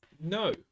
No